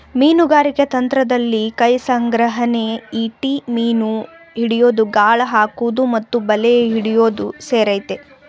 ಮೀನುಗಾರಿಕೆ ತಂತ್ರದಲ್ಲಿ ಕೈಸಂಗ್ರಹಣೆ ಈಟಿ ಮೀನು ಹಿಡಿಯೋದು ಗಾಳ ಹಾಕುವುದು ಮತ್ತು ಬಲೆ ಹಿಡಿಯೋದು ಸೇರಯ್ತೆ